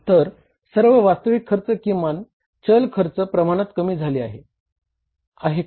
तर सर्व वास्तविक खर्च किमान चल खर्च प्रमाणात कमी झाले आहे का